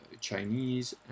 Chinese